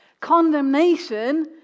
Condemnation